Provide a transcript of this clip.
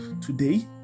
Today